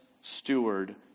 steward